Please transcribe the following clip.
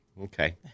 okay